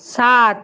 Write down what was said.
সাত